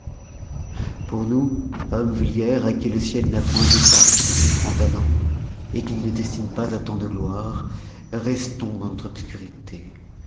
pour nous hommes vulgaires à qui le ciel n'a point départi de si grands talens qu'il ne destine pas à tant de gloire restons dans notre obscurité